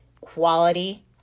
quality